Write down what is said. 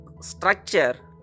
structure